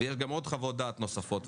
ויש גם חוות דעת נוספות.